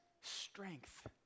strength